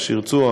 מה שירצו,